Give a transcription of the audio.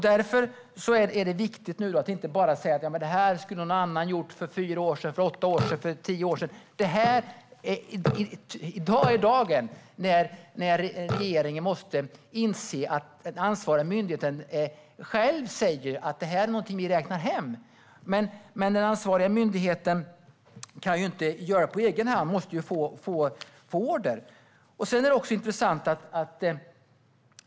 Därför är det viktigt att inte bara säga att detta skulle någon annan ha gjort för fyra, åtta eller tio år sedan. I dag är dagen då regeringen måste inse att den ansvariga myndigheten själv räknar hem detta. Den ansvariga myndigheten kan dock inte genomföra detta på egen hand, utan man måste få order från regeringen.